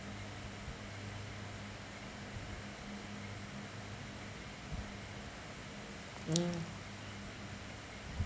mm